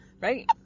Right